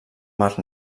mar